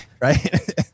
right